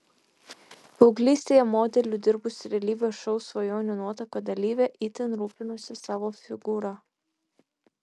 paauglystėje modeliu dirbusi realybės šou svajonių nuotaka dalyvė itin rūpinosi savo figūra